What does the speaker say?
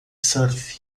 surf